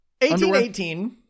1818